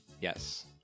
Yes